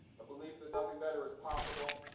a belief that nothing better is possible.